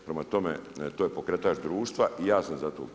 Prema tome, to je pokretač društva i ja sam za to.